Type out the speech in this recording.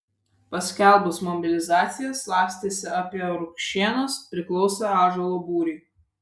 paskelbus mobilizaciją slapstėsi apie rukšėnus priklausė ąžuolo būriui